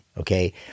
Okay